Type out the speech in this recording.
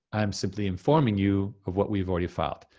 i am simply informing you of what we've already filed.